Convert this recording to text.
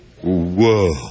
Whoa